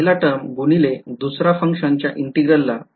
तर पहिला टर्म गुणिले दुसऱ्या function च्या Integral ला